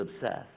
obsessed